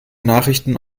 nachrichten